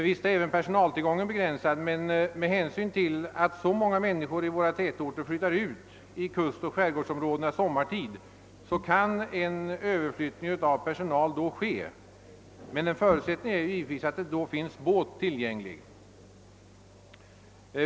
Visst är även personaltillgången begränsad, men med hänsyn till att så många människor i våra tätorter flyttar ut i kustoch skärgårdsområdena sommartid, kan en överflyttning av personal då ske, men en förutsättning är givetvis att båt finns tillgänglig.